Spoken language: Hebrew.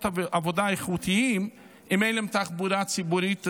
עבודה איכותיים אם אין להם תחבורה ציבורית ראויה?